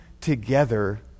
together